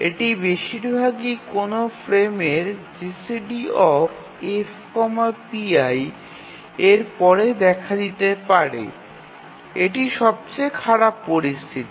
এটি বেশিরভাগই কোনও ফ্রেমের GCDF pi এর পরে দেখা দিতে পারে এবং এটি সবচেয়ে খারাপ পরিস্থিতি